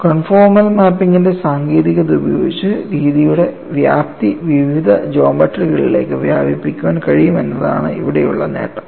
conformal മാപ്പിംഗിന്റെ സാങ്കേതികത ഉപയോഗിച്ച് രീതിയുടെ വ്യാപ്തി വിവിധ ജോമട്രികളിലേക്ക് വ്യാപിപ്പിക്കാൻ കഴിയും എന്നതാണ് ഇവിടെയുള്ള നേട്ടം